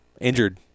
injured